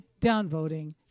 downvoting